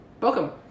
welcome